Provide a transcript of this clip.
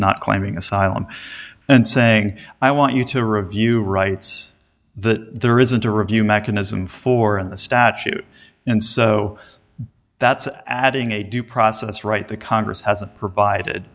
not claiming asylum and saying i want you to review rights the there isn't a review mechanism for in the statute and so that's adding a due process right the congress hasn't provided